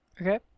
okay